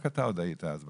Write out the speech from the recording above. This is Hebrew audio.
רק אתה היית אז בכנסת,